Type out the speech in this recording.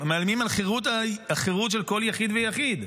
הם מאיימים על החירות של כל יחיד ויחיד,